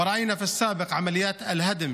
וראינו בעבר פעולות הריסה,